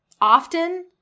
often